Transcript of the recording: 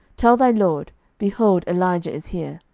tell thy lord behold, elijah is here.